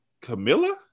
Camilla